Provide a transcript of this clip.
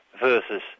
versus